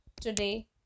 today